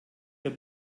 der